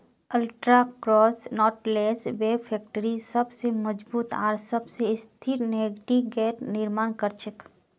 ultra cross knotless web factory सबस मजबूत आर सबस स्थिर नेटिंगेर निर्माण कर छेक